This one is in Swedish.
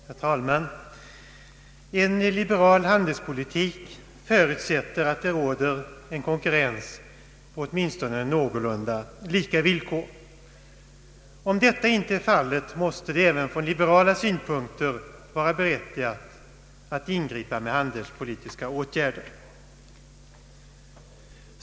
Herr talman! En liberal handelspolitik förutsätter att det råder en konkurrens på åtminstone någorlunda lika villkor. Om detta inte är fallet måste det även från liberal synpunkt vara berättigat att ingripa med handelspolitiska åtgärder.